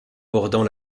bordant